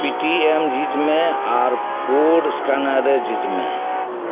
Paytm ᱡᱷᱤᱡ ᱢᱮ ᱟᱨ ᱠᱳᱰ ᱥᱴᱮᱱᱟᱨ ᱨᱮ ᱡᱷᱤᱡ ᱢᱮ